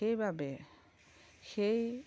সেইবাবে সেই